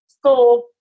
school